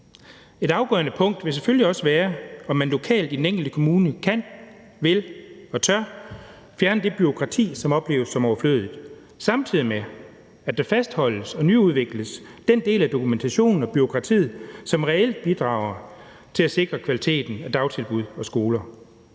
Et afgørende punkt vil selvfølgelig også være, om man lokalt i den enkelte kommune kan, vil og tør fjerne det bureaukrati, som opleves som overflødigt, samtidig med at man fastholder og nyudvikler den del af dokumentationen og bureaukratiet, som reelt bidrager til at sikre kvaliteten af dagtilbud og skoler.